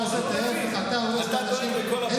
אתה דואג לכל הבדואים?